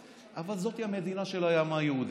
אבל זאת המדינה של העם היהודי.